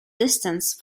distance